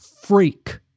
freak